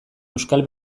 euskal